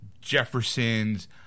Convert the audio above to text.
Jeffersons